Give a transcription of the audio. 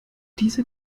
diese